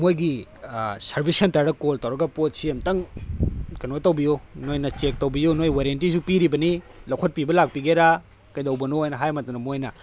ꯃꯣꯏꯒꯤ ꯁꯔꯚꯤꯁ ꯁꯦꯟꯇꯔꯗ ꯀꯣꯜ ꯇꯧꯔꯒ ꯄꯣꯠꯁꯤ ꯑꯝꯇꯪ ꯀꯩꯅꯣ ꯇꯧꯕꯤꯌꯨ ꯅꯣꯏꯅ ꯆꯦꯛ ꯇꯧꯕꯤꯌꯨ ꯅꯣꯏ ꯋꯥꯔꯦꯟꯇꯤꯁꯨ ꯄꯤꯔꯤꯕꯅꯤ ꯂꯧꯈꯠꯄꯤꯕ ꯂꯥꯛꯄꯤꯒꯦꯔꯥ ꯀꯩꯗꯧꯕꯅꯣꯅ ꯍꯥꯏꯕ ꯃꯇꯝꯗ ꯃꯣꯏꯅ